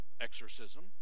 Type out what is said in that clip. exorcism